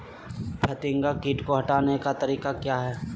फतिंगा किट को हटाने का तरीका क्या है?